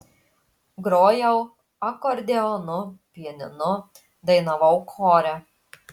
grojau akordeonu pianinu dainavau chore